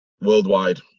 worldwide